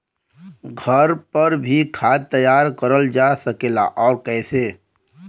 घर पर भी खाद तैयार करल जा सकेला और कैसे?